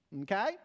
Okay